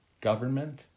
government